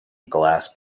glass